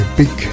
big